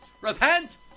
Repent